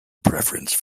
preference